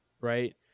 right